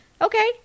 Okay